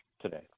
today